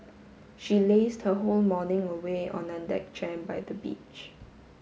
she lazed her whole morning away on a deck chair by the beach